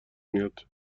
میاد